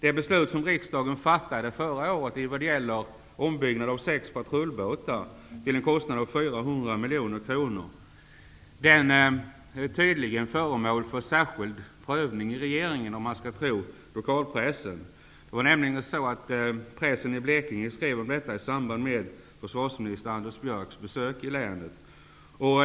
Det beslut som riksdagen fattade förra året i vad det gäller ombyggnad av sex patrullbåtar till en kostnad av 400 miljoner kronor är, om man skall tro lokalpressen, tydligen föremål för särskild prövning i regeringen. Pressen i Blekinge skrev om detta i samband med försvarsminister Anders Björcks besök i länet.